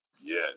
Yes